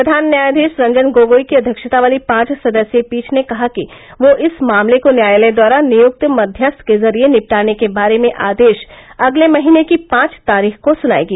प्रधान न्यायाधीश रंजन गोगोई की अव्यक्षता वाली पांच सदस्यीय पीठ ने कहा कि वह इस मामले को न्यायालय द्वारा नियुक्त मध्यस्थ के जरिये निपटाने के बारे में आदेश अगले महीने की पांच तारीख को सुनायेगी